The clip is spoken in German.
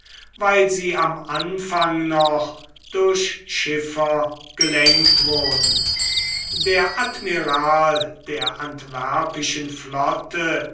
weil sie am anfang noch durch schiffer gelenkt wurden der admiral der antwerpischen flotte